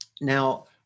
Now